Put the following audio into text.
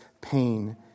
pain